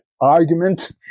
argument